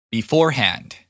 Beforehand